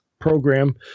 program